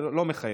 זה לא מחייב.